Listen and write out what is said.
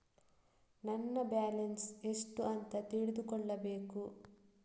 ನನ್ನ ಬ್ಯಾಲೆನ್ಸ್ ಎಷ್ಟು ಅಂತ ತಿಳಿದುಕೊಳ್ಳಬೇಕು?